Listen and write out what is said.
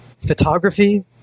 photography